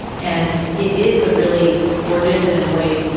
and it is a really gorgeous and in a way,